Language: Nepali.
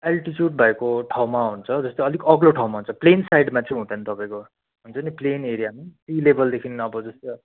अल्टिट्युड भएको ठाउँमा हुन्छ जस्तो अलिक अग्लो ठाउँमा चाहिँ प्लेन साइडमा चाहिँ हुँदैन तपाईँको हुन्छ पनि प्लेन एरियामा सी लेबलदेखि अब जस्तो